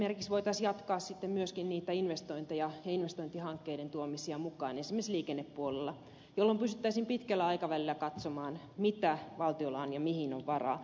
tästä esimerkiksi voitaisiin jatkaa myöskin investointien ja investointihankkeiden tuomiseen mukaan esimerkiksi liikennepuolella jolloin pystyttäisiin pitkällä aikavälillä katsomaan mitä valtiolla on ja mihin on varaa